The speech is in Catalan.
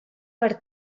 per